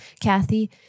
Kathy